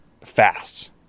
fast